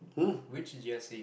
which g_r_c